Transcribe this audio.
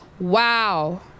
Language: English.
wow